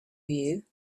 you